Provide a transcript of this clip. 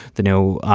the no.